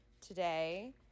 today